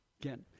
Again